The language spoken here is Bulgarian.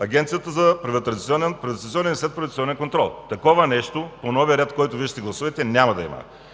Агенцията за приватизация и следприватизационен контрол. Такова нещо по новия ред, който Вие ще гласувате, няма да има.